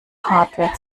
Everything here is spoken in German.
hardware